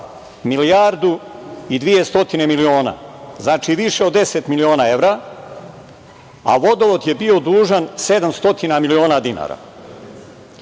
milijardu i 200 miliona, znači više od 10 miliona evra, a Vodovod je bio dužan 700 miliona dinara. Od